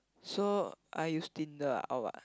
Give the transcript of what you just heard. so I use Tinder ah or what